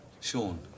Sean